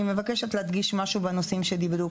אני מבקשת להדגיש משהו בנושאים שדיברו.